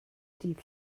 dydd